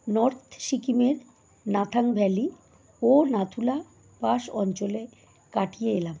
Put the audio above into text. north সিকিমের Nathang valley ও Nathula pass অঞ্চলে কাটিয়ে এলাম